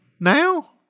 now